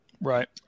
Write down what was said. Right